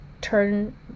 turn